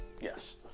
Yes